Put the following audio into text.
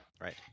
right